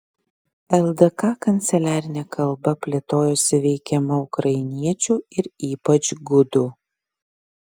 ldk kanceliarinė kalba plėtojosi veikiama ukrainiečių ir ypač gudų